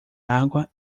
água